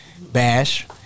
Bash